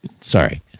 Sorry